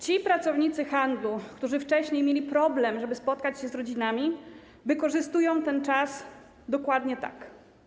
Ci pracownicy handlu, którzy wcześniej mieli problem, żeby spotkać się z rodzinami, wykorzystują ten czas dokładnie tak.